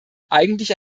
eigentlich